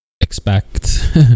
expect